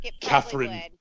Catherine